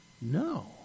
No